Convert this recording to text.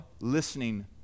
listening